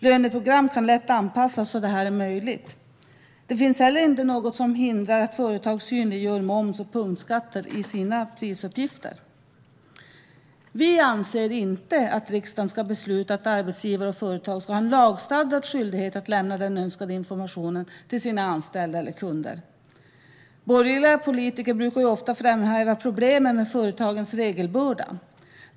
Löneprogram kan lätt anpassas så att detta är möjligt. Det finns heller inte något som hindrar att företag synliggör moms och punktskatter i sina prisuppgifter. Vi anser inte att riksdagen ska besluta att arbetsgivare och företag ska ha en lagstadgad skyldighet att lämna den önskade informationen till sina anställda eller kunder. Borgerliga politiker brukar ju ofta framhäva problemen med företagens regelbörda.